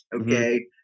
okay